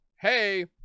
hey